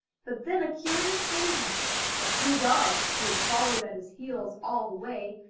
but then a curious thing happened the three dogs, who had followed at his heels all the way,